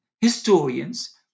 historians